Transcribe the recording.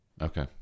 Okay